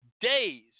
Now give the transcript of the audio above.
days